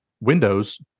windows